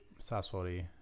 sasori